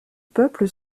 peuple